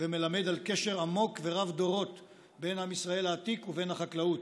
ומלמד על קשר עמוק ורב-דורות בין עם ישראל העתיק ובין החקלאות.